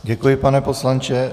Děkuji, pane poslanče.